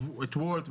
את וולט,